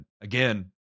again